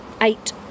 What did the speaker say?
eight